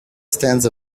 stands